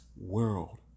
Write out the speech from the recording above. world